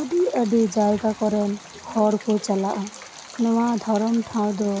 ᱟᱹᱰᱤ ᱟᱹᱰᱤ ᱡᱟᱭᱜᱟ ᱠᱚᱨᱮᱱ ᱦᱚᱲ ᱠᱚ ᱪᱟᱞᱟᱜᱼᱟ ᱱᱚᱣᱟ ᱫᱷᱚᱨᱚᱢ ᱴᱷᱟᱶ ᱫᱚ